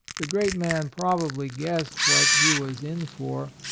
the great man probably guessed what he was in for,